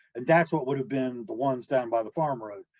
and that's what would have been the ones down by the farm road.